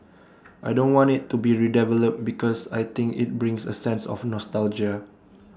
I don't want IT to be redeveloped because I think IT brings A sense of nostalgia